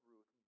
Ruth